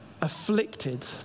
afflicted